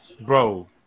Bro